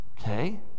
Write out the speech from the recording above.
Okay